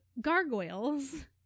gargoyles